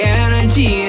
energy